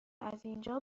ازاینجا